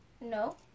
No